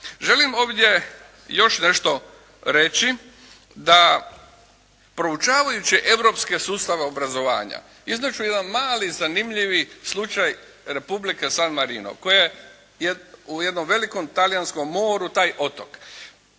Želim ovdje još nešto reći, da proučavajući europske sustave obrazovanja iznijet ću jedan mali zanimljivi slučaj Republike San Marino koja je u jednom velikom talijanskom moru taj otok.